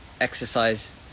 exercise